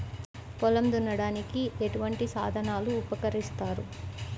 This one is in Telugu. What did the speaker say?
పొలం దున్నడానికి ఎటువంటి సాధనాలు ఉపకరిస్తాయి?